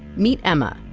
meet emma,